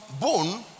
bone